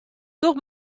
doch